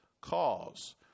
cause